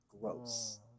gross